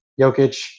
Jokic